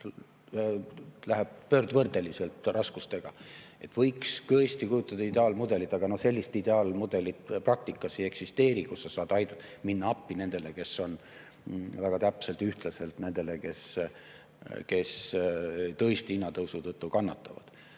läheb pöördvõrdeliselt raskustega. Võiks tõesti ette kujutada ideaalmudelit, aga sellist ideaalmudelit praktikas ei eksisteeri, kus sa saad minna väga täpselt ja ühtlaselt appi nendele, kes tõesti hinnatõusu tõttu kannatavad.